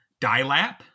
Dilap